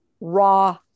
raw